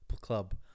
club